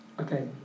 Okay